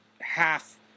half